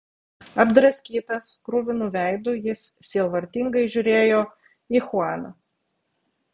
apdraskytas kruvinu veidu jis sielvartingai žiūrėjo į chuaną